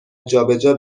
جابجا